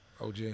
OG